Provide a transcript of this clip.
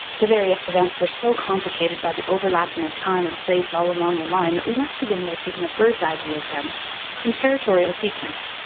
the various events were so complicated by the overlapping of time and place all along the line that we must begin by taking a bird's-eye view of them in territorial sequence,